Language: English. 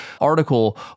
article